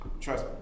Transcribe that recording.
trust